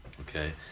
Okay